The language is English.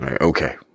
Okay